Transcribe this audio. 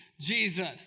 Jesus